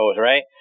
right